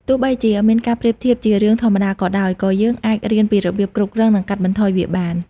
ទោះបីជាការប្រៀបធៀបជារឿងធម្មតាក៏ដោយ ក៏យើងអាចរៀនពីរបៀបគ្រប់គ្រង និងកាត់បន្ថយវាបាន។